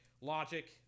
Logic